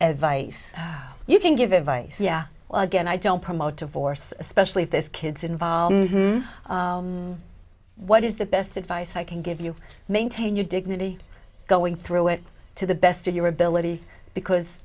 advice you can give advice yeah well again i don't promote to force especially if this kid's involved what is the best advice i can give you maintain your dignity going through it to the best of your ability because